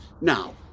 Now